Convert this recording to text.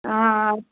हाँ